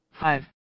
Five